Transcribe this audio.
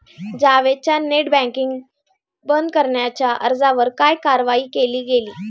जावेदच्या net banking बंद करण्याच्या अर्जावर काय कारवाई केली गेली?